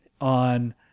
on